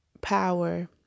power